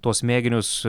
tuos mėginius